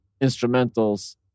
instrumentals